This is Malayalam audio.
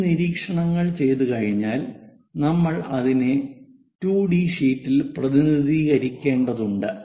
ഈ നിരീക്ഷണങ്ങൾ ചെയ്തുകഴിഞ്ഞാൽ നമ്മൾ അതിനെ 2 ഡി ഷീറ്റിൽ പ്രതിനിധീകരിക്കേണ്ടതുണ്ട്